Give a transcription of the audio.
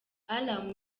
alarm